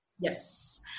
Yes